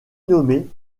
nommée